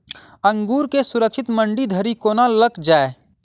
अंगूर केँ सुरक्षित मंडी धरि कोना लकऽ जाय?